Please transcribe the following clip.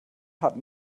hat